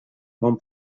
mon